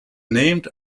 named